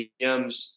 GMs